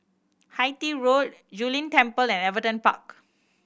Hythe Road Zu Lin Temple and Everton Park